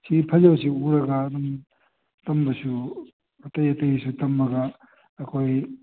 ꯁꯤ ꯐꯖꯕꯁꯤ ꯎꯔꯒ ꯑꯗꯨꯝ ꯇꯝꯕꯁꯨ ꯑꯇꯩ ꯑꯇꯩꯅꯁꯨ ꯇꯝꯃꯒ ꯑꯩꯈꯣꯏ